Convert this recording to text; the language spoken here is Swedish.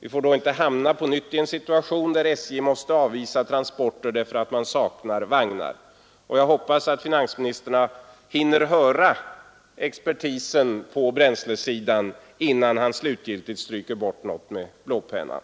Vi får då inte på nytt hamna i en situation där SJ måste avvisa transporter därför att man saknar vagnar. Jag hoppas att finansministern hinner höra expertisen på bränslesidan innan han slutgiltigt stryker bort något med blåpennan.